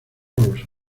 los